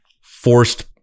forced